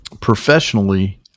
Professionally